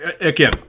Again